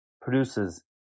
produces